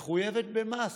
מחויבת במס,